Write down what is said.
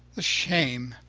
the shame,